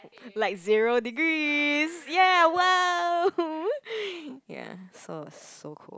like zero degrees ya !wow! ya so so cold